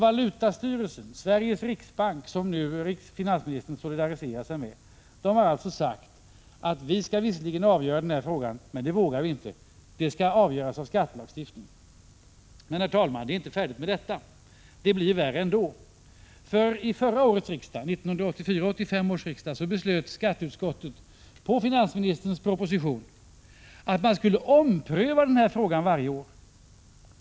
Valutastyrelsen och Sveriges riksbank, som finansministern solidariserar sig med, har alltså sagt: Vi skall visserligen avgöra den här frågan, men det vågar vi inte, utan den får avgöras enligt skattelagstiftningen. Men, herr talman, det är inte färdigt än — det blir värre ändå. Under förra årets riksmöte beslöt skatteutskottet, på finansministerns proposition, att man skulle ompröva denna fråga varje år.